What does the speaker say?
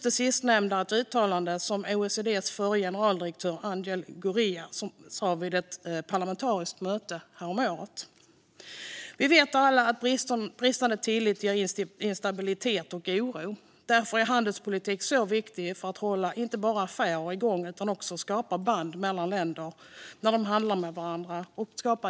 Det sistnämnda är ett uttalande som OECD:s förre generaldirektör Angel Gurría gjorde vid ett parlamentariskt möte häromåret. Vi vet alla att bristande tillit ger instabilitet och oro. Därför är handelspolitiken så viktig, inte bara för att hålla affärer igång utan också för att det skapas band och dialog mellan länder när de handlar med varandra.